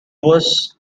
was